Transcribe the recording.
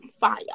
Fire